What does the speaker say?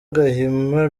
gahima